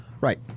Right